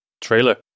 trailer